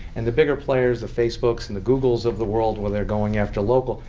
and the bigger players, the facebooks and the googles of the world, when they're going after local,